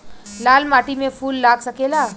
लाल माटी में फूल लाग सकेला?